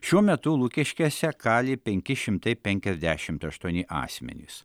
šiuo metu lukiškėse kali penki šimtai penkiasdešimt aštuoni asmenys